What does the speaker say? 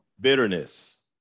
Bitterness